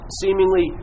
seemingly